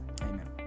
Amen